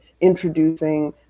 introducing